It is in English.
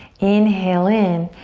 inhale in,